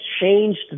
changed